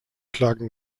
klagen